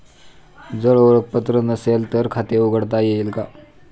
जर ओळखपत्र नसेल तर खाते उघडता येईल का?